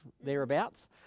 thereabouts